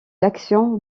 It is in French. l’action